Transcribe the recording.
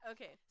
Okay